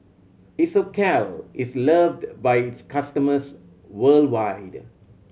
isocal is loved by its customers worldwide